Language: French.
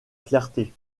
clarté